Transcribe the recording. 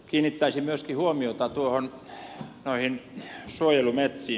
kiinnittäisin myöskin huomiota noihin suojelumetsiin